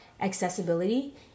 accessibility